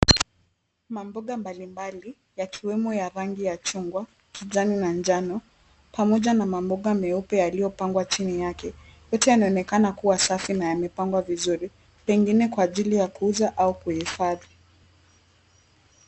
Mboga mbalimbali zikiwemo za rangi ya chungwa, kijani na njano, pamoja na mboga nyeupe zilizopangwa chini yake, zote zinaonekana kuwa safi na zimepangwa vizuri pengine kwa ajili ya kuuza au kuhifadhi.